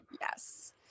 yes